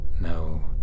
No